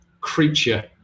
creature